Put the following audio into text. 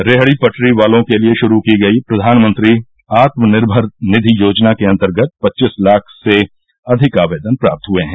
रेहडी पटरी वालों के लिए शुरू की गई प्रधानमंत्री आत्मनिर्भर निधि योजना के अन्तर्गत पच्चीस लाख से अधिक आवेदन प्राप्त हुए हैं